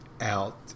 out